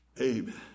amen